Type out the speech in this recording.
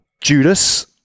Judas